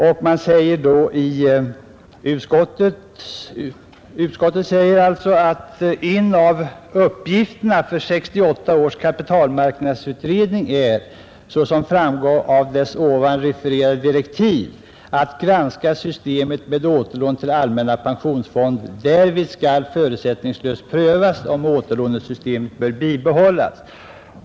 Utskottet säger: ”En av uppgifterna för 1968 års kapitalmarknadsutredning är, såsom framgår av dess ovan refererade direktiv, att granska systemet med återlån från allmänna pensionsfonden. Därvid skall förutsättningslöst prövas om återlånesystemet bör bibehållas.